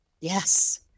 Yes